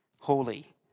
holy